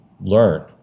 Learn